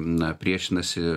na priešinasi